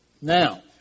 Now